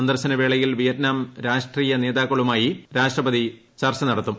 സന്ദർശനവേളയിൽ Vietnam രാഷ്ട്രനേതാക്കളുമായി രാഷ്ട്രപ്പിതി ചർച്ചനടത്തും